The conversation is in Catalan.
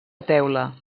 teula